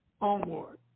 onward